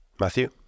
Matthew